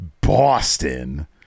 Boston